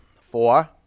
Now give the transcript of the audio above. Four